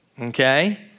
okay